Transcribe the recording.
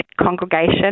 congregation